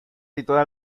situada